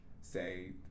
say